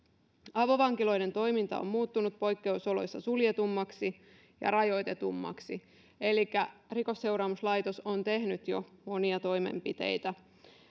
avovankiloiden toiminta on muuttunut poikkeusoloissa suljetummaksi ja rajoitetummaksi elikkä rikosseuraamuslaitos on tehnyt jo monia toimenpiteitä